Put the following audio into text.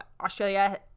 australia